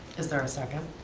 is there a second?